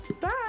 bye